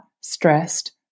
stressed